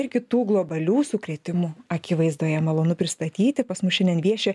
ir kitų globalių sukrėtimų akivaizdoje malonu pristatyti pas mus šiandien vieši